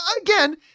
again